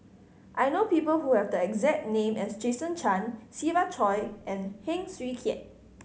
I know people who have the exact name as Jason Chan Siva Choy and Heng Swee Keat